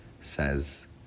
says